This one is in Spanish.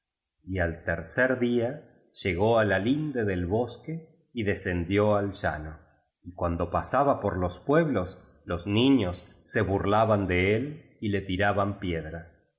y al tercer día llegó á la linde del bosque y descendió al llano y cuando pasaba por los pueblos los niños se burlaban d e él y lo tiraban piedras